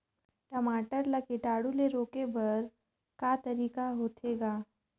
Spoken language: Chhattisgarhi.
टमाटर ला कीटाणु ले रोके बर को तरीका होथे ग?